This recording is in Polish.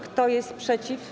Kto jest przeciw?